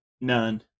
None